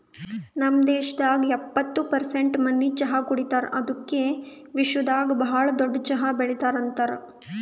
ನಮ್ ದೇಶದಾಗ್ ಎಪ್ಪತ್ತು ಪರ್ಸೆಂಟ್ ಮಂದಿ ಚಹಾ ಕುಡಿತಾರ್ ಅದುಕೆ ವಿಶ್ವದಾಗ್ ಭಾಳ ದೊಡ್ಡ ಚಹಾ ಬೆಳಿತಾರ್ ಅಂತರ್